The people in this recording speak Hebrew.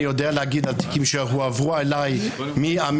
יודע להגיד על תיקים שהועברו אלי מהמשטרה,